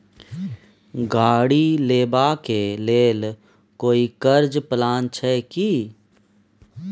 गाड़ी लेबा के लेल कोई कर्ज प्लान छै की?